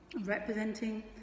representing